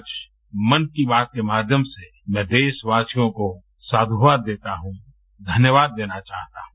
आज मन की बात के माध्यम से मैं देशवासियों को साध्यवाद देता हूँ धन्यवाद देना चाहता हूँ